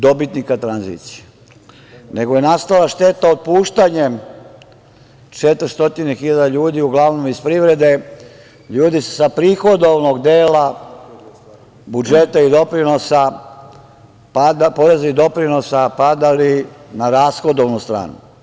Dobitnika tranzicije, nego je nastala šteta otpuštanjem 400 hiljada ljudi, uglavnom iz privrede, ljudi sa prihodovanog dela budžeta i doprinosa, poreza i doprinosa, padali na rashodovanu stranu.